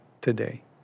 today